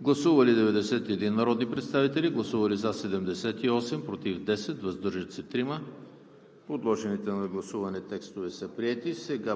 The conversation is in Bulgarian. Гласували 91 народни представители: за 78, против 10, въздържали се 3. Подложените на гласуване текстове са приети.